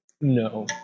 No